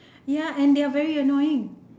ya and they are very annoying